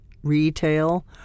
retail